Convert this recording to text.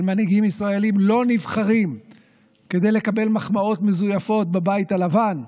אבל מנהיגים ישראלים לא נבחרים כדי לקבל מחמאות מזויפות בבית הלבן.